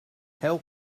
help